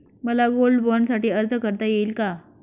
मला गोल्ड बाँडसाठी अर्ज करता येईल का?